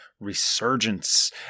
resurgence